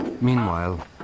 Meanwhile